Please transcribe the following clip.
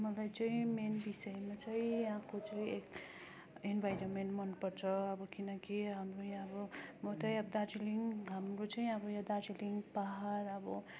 मलाई चाहिँ मेन विषयमा चाहिँ यहाँको चाहिँ इन्भाइरोमेन्ट मनपर्छ अब किनकि हाम्रो यहाँ अब म त यहाँ दार्जिलिङ हाम्रो चाहिँ अब यहाँ दार्जिलिङ पाहाड अब